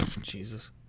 Jesus